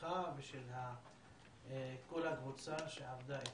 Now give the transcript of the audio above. שלך ושל כל הקבוצה שעבדה איתך.